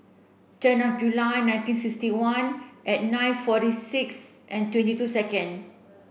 ten of July nineteen sixty one at nine forty six and twenty two second